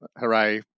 Hooray